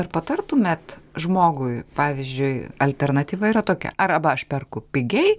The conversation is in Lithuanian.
ar patartumėt žmogui pavyzdžiui alternatyva yra tokia arba aš perku pigiai